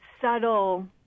subtle